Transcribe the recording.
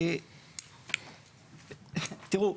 תראו,